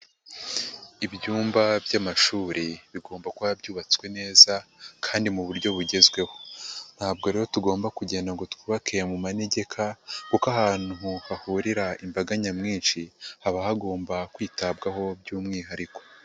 Ibyumba by'amashuri bigomba kuba byubatswe neza kandi mu buryo bugezweho. Ntabwo rero tugomba kugenda ngo twubake mu manegeka kuko ahantu hahurira imbaga nyamwinshi, haba hagomba kwitabwaho by'umwihariko.